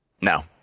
No